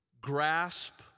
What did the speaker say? grasp